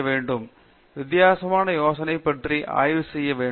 பேராசிரியர் சத்யநாராயணன் என் கும்மாடி வித்தியாசமான யோசனை பற்றி ஆய்வு செய்ய வேண்டும்